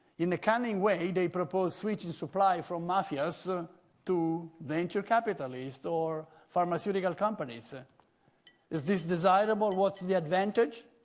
in a cunning way they propose switching supply from mafias to venture capitalist or pharmaceutical companies. is this desirable what's the advantage?